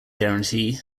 guarantee